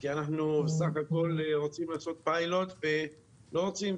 כי אנחנו בסך הכול רוצים לעשות פיילוט ולא רוצים